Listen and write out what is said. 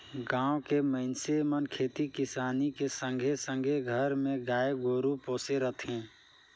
गाँव के मइनसे मन खेती किसानी के संघे संघे घर मे गाय गोरु पोसे रथें